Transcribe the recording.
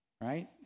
right